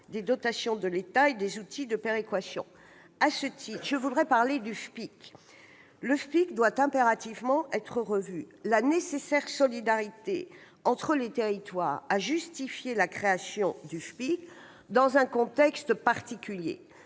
des dotations de l'État et des outils de péréquation. À ce titre, je veux évoquer le FPIC, qui doit impérativement être revu. La nécessaire solidarité entre les territoires a justifié la création de ce fonds, dans un contexte particulier,